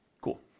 Cool